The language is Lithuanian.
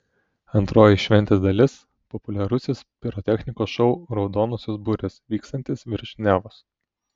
antroji šventės dalis populiarusis pirotechnikos šou raudonosios burės vykstantis virš nevos